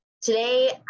today